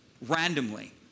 randomly